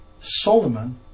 Solomon